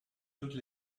toutes